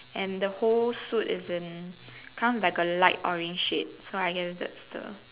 and the whole suit is in kind of in a light orange shade so I guess that's the